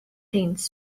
tents